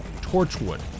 Torchwood